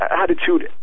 attitude